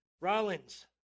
Rollins